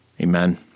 Amen